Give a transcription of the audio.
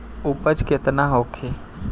उपज केतना होखे?